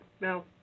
no